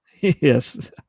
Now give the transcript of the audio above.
Yes